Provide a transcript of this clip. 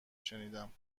شنیدم